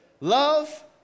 love